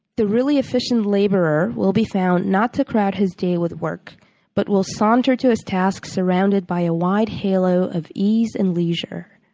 the really efficient laborer will be found not to crowd his day with work but will saunter to his tasks surrounded by a wide halo of ease and leisure.